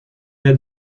had